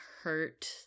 hurt